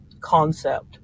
concept